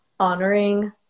honoring